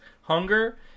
Hunger